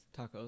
Tacos